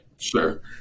Sure